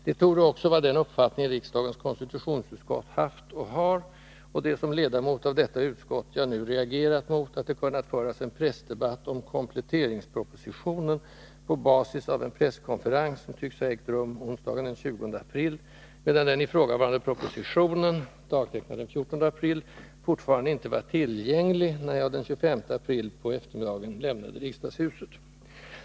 Detta torde också vara den uppfattning riksdagens konstitutionsutskott haft och har, och det är som ledamot av detta utskott jag nu reagerat mot att det kunnat föras en pressdebatt om ”kompletteringspropositionen” på basis av en presskonferens, som tycks ha ägt rum onsdagen den 20 april, medan den ifrågavarande propositionen — dagtecknad den 14 april — fortfarande inte var ”tillgänglig” när jag den 25 april på eftermiddagen lämnade riksdagshuset.